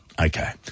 Okay